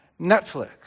Netflix